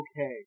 okay